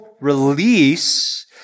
release